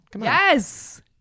Yes